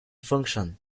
function